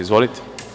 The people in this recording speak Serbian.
Izvolite.